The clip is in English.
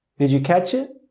did you catch it?